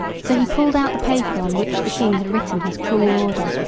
so he pulled out the paper on which the king had written his cruel order,